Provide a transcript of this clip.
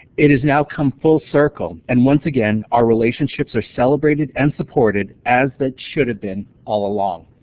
it has now come full circle, and once again our relationships are celebrated and supported as they should have been all along.